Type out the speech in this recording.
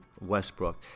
Westbrook